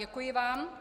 Děkuji vám.